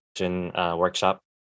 workshop